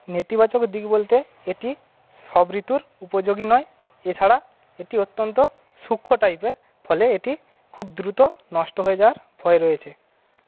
নেতিবাচক দিক বলতে এটি সব ঋতুর উপযোগী নয় এছাড়া এটি অত্যন্ত সূক্ষ্ণ টাইপের ফলে এটি খুব দ্রুত নষ্ট হয়ে যাওয়ার ভয় রয়েছে